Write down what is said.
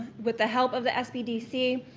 with the help of the sbdc,